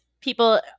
people